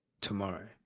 tomorrow